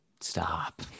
Stop